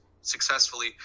successfully